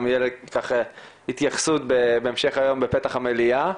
גם תהיה התייחסות בהמשך היום בפתח המליאה,